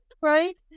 Right